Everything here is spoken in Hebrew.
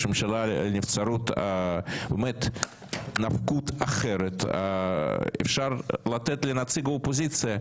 הממשלה לנבצרות באמת נפקות אחרת אפשר לתת לנציג האופוזיציה,